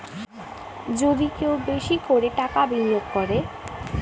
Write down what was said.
যদি কেউ বেশি করে টাকা বিনিয়োগ করে